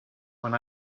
when